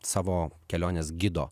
savo kelionės gido